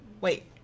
Wait